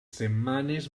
setmanes